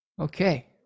Okay